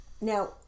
Now